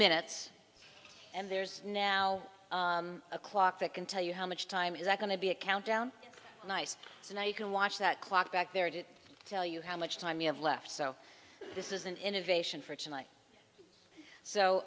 minutes and there's now a clock that can tell you how much time is going to be a countdown tonight so now you can watch that clock back there to tell you how much time you have left so this is an innovation for tonight so